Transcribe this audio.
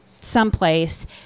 someplace